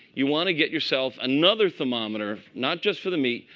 you want to get yourself another thermometer not just for the meat,